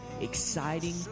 exciting